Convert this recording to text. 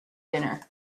dinner